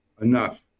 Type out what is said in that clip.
enough